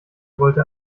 wollte